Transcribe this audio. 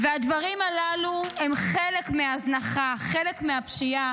והדברים הללו הם חלק מההזנחה, חלק מהפשיעה.